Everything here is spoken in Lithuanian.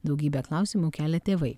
daugybę klausimų kelia tėvai